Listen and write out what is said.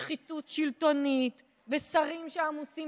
בשחיתות שלטונית, ושרים שעמוסים